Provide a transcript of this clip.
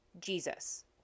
Jesus